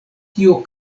tio